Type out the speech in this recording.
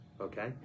Okay